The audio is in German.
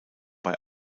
bei